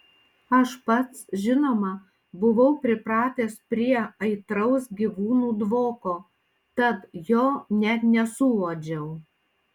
aš pats žinoma buvau pripratęs prie aitraus gyvūnų dvoko tad jo net nesuuodžiau